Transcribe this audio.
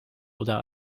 oder